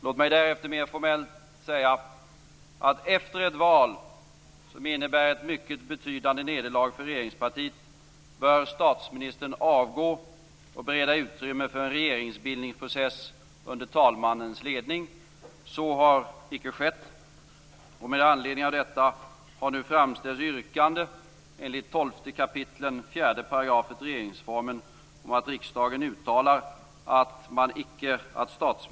Låt mig därefter mera formellt säga att efter ett val, som innebär ett mycket betydande nederlag för regeringspartiet, bör statsministern avgå och bereda utrymme för en regeringsbildningsprocess under talmannens ledning. Så har icke skett. Med anledning av detta har nu framställts ett yrkande enligt 12 kap.